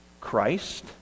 Christ